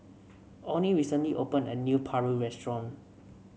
Onnie recently opened a new paru restaurant